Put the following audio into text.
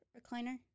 recliner